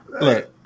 look